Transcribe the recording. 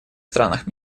странах